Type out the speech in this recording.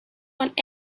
want